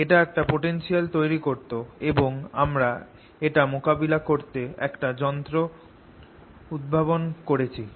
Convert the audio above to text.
এটা একটা পোটেনশিয়াল তৈরি করত এবং আমরা এটা মোকাবেলা করতে একটা যন্ত্র উদ্ভাবন করেছি